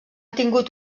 tingut